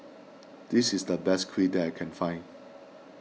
this is the best Kheer that I can find